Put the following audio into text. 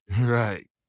Right